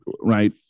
right